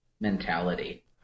mentality